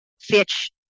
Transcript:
Fitch